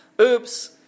Oops